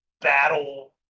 battle